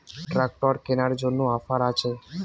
Tractor কেনার জন্য offer আছে?